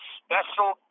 special